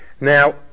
now